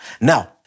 Now